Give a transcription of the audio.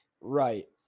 right